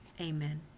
amen